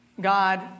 God